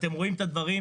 אתם רואים את הדברים.